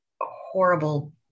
horrible